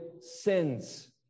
sins